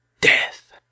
Death